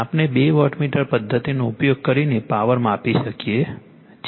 આપણે બે વોટમીટર પદ્ધતિનો ઉપયોગ કરીને પાવર માપીએ છીએ